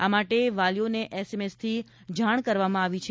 આ માટે વાલીઓને એસએમએસથી જાણ કરવામાં આવી છે